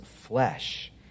flesh